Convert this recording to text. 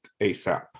ASAP